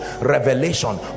revelation